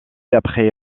après